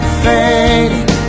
fading